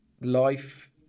life